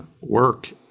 work